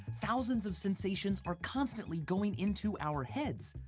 thousands of sensations are constantly going into our heads.